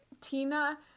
Tina